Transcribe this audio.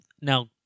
now